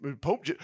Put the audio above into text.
Pope